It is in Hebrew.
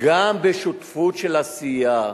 גם בשותפות של עשייה.